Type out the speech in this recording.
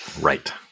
right